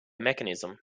mechanism